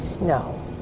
No